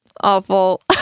Awful